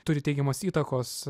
turi teigiamos įtakos